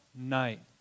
night